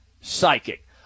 psychic